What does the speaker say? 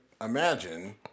imagine